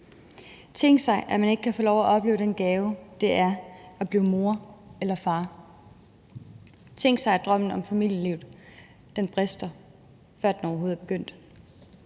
Tænk sig, at man ikke kan få lov at opleve den gave, det er at blive mor eller far. Tænk sig, at drømmen om familielivet brister, før den overhovedet er begyndt.